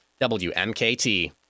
WMKT